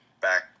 back